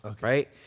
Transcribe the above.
right